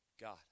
God